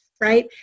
right